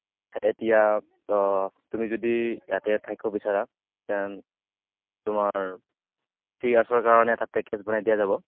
এতিয়া তুমি যদি ইয়াতে থাকিব বিচাৰা দেন তোমাৰ থ্ৰি ইয়াৰ্চৰ কাৰণে এটা পেকেজ বনাই দিয়া যাব